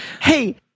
hey